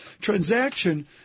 transaction